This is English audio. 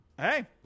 Hey